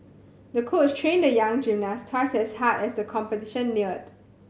the coach trained the young gymnast twice as hard as the competition neared